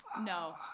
No